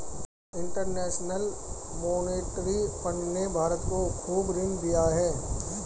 international monetary fund ने भारत को खूब ऋण दिया है